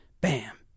Bam